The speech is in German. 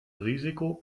risiko